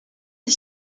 des